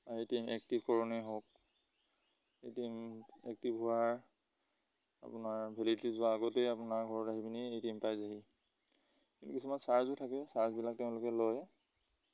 বা A T M active কৰোণেই হওক এ টি এম এক্টিভ হোৱাৰ আপোনাৰ ভেলিডিটি যোৱাৰ আগতে আপোনাৰ ঘৰত আহি পিনি এ টিএম পাই যায়হি কিু কিছুমান চাৰ্জো থাকে চাৰ্জবিলাক তেওঁলোকে লয়